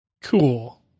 Cool